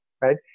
right